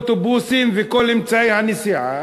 אוטובוסים וכל אמצעי הנסיעה,